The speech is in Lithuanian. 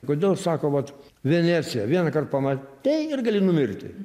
kodėl sako vat venecija vienąkart pamatei ir gali numirti